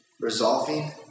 resolving